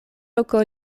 loko